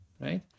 right